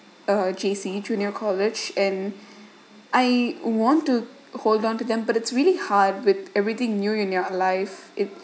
uh J_C junior college and I want to hold on to them but it's really hard with everything new in your life if